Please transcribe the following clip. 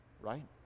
right